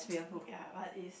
ya but is